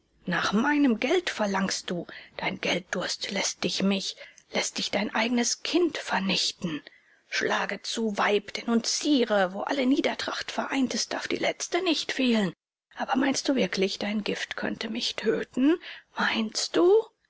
nach meinem geld verlangst du dein gelddurst läßt dich mich läßt dich dein eigenes kind vernichten schlage zu weib denunziere wo alle niedertracht vereint ist darf die letzte nicht fehlen aber meinst du wirklich dein gift könnte mich töten meinst du